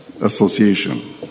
Association